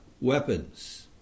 Weapons